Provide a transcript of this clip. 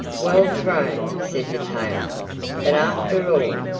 well thrown, said the tailor but, after all,